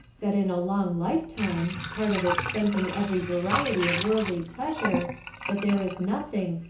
that in a long lifetime part of it spent in every variety of worldly pleasure that there is nothing,